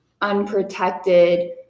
unprotected